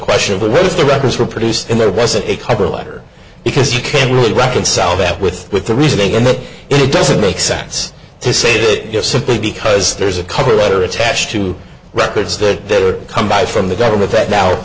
question but if the records were produced and there wasn't a cover letter because you can't reconcile that with with the reasoning in that it doesn't make sense to say that you're simply because there's a cover letter attached to records that come by from the government that now